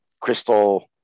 crystal